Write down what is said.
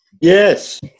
Yes